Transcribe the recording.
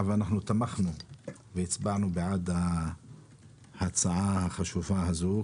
ותמכנו והצבענו בעד ההצעה החשובה הזאת,